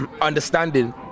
understanding